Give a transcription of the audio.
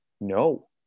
No